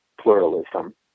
pluralism